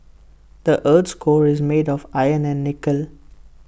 the Earth's core is made of iron and nickel